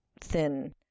thin